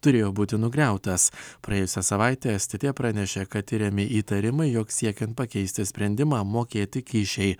turėjo būti nugriautas praėjusią savaitę s t t pranešė kad tiriami įtarimai jog siekiant pakeisti sprendimą mokėti kyšiai